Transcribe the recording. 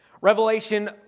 Revelation